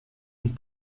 und